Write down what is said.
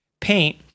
paint